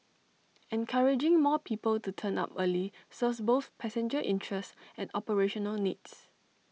encouraging more people to turn up early serves both passenger interests and operational needs